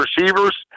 receivers